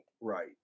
right